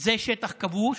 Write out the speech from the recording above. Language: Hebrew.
זה שטח כבוש,